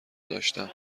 داشتم